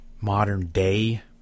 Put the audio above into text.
modern-day